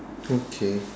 okay